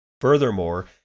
Furthermore